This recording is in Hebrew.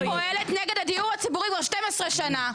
פורום קהלת נגד הדיור הציבורי כבר 12 שנה.